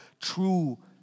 true